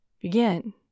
begin